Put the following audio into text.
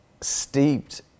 steeped